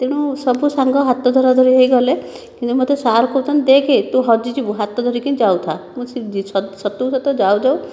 ତେଣୁ ସବୁ ସାଙ୍ଗ ହାତ ଧାରାଧରି ହୋଇଗଲେ କିନ୍ତୁ ମୋତେ ସାର କହୁଥାନ୍ତି ଦେଖେ ତୁ ହଜିଯିବୁ ହାତ ଧରିକି କିଣି ଯାଉଥା ମୁଁ ସତକୁ ସତ ଯାଉ ଯାଉ